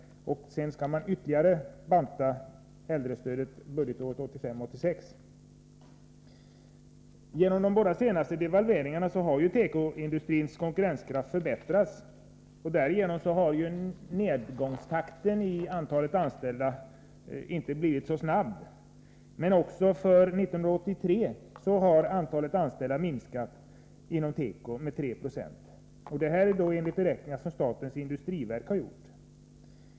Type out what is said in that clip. Sedan skall man ytterligare banta äldrestödet budgetåret 1985/86. Genom de båda senaste devalveringarna har tekoindustrins konkurrenskraft förbättrats, och därigenom har nedgångstakten när det gäller antalet anställda inte blivit så snabb. Under 1983 minskade dock antalet anställda inom tekoindustrin med 3 26, enligt beräkningar som statens industriverk har gjort.